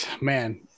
man